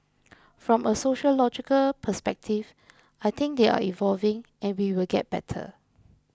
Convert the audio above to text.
from a sociological perspective I think they are evolving and we will get better